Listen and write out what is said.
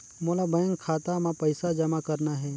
मोला बैंक खाता मां पइसा जमा करना हे?